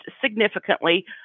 significantly